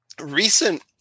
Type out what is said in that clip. recent